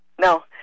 no